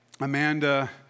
Amanda